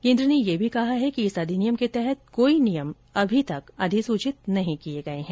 केन्द्र ने यह भी कहा है कि इस अधिनियम के तहत कोई नियम अभी तक अधिसूचित नहीं किए गए हैं